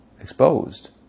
exposed